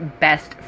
best